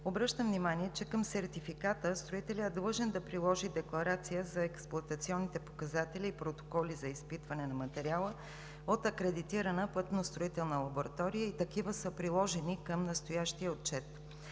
Обръщам внимание, че към сертификата строителят е длъжен да приложи декларация за експлоатационните показатели и протоколи за изпитване на материала от акредитирана пътностроителна лаборатория и такива са приложени към настоящия отчет.